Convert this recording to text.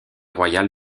royal